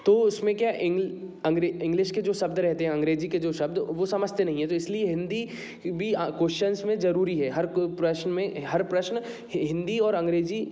तो उसमें क्या इंग्लिश के जो शब्द रहते हैं अंग्रेजी के जो शब्द वो समझते नहीं है तो इसलिए हिंदी भी क्वेश्चंस में जरूरी है हर प्रश्न में हर प्रश्न हिंदी और अंग्रेजी